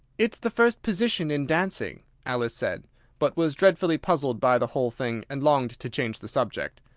it's the first position in dancing, alice said but was dreadfully puzzled by the whole thing, and longed to change the subject.